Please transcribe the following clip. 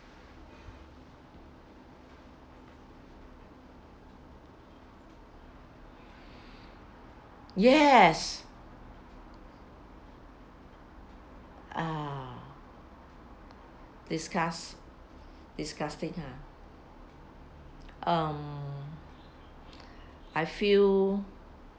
yes ah disgust digusting ah um I feel